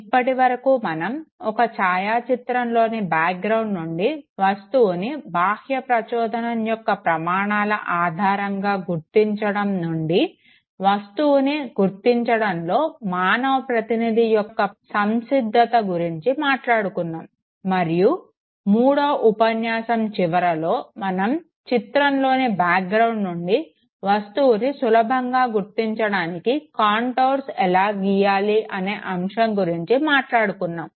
ఇప్పటి వరకు మనం ఒక ఛాయాచిత్రంలోని బ్యాక్ గ్రౌండ్ నుండి వస్తువుని బాహ్య ప్రచోదనం యొక్క ప్రమాణాల ఆధారంగా గుర్తించడం నుండి వస్తువుని గుర్తించిండంలో మానవ ప్రతినిధి యొక్క సంసిద్ధత గురించి మాట్లాడుకున్నాము మరియు మూడవ ఉపన్యాసం చివరలో మనం చిత్రంలోని బ్యాక్ గ్రౌండ్ నుండి వస్తువుని సులభంగా గుర్తించడానికి కాంటోర్స్ ఎలా గీయాలి అనే అంశం గురించి మాట్లాడుకున్నాము